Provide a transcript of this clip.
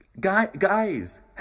Guys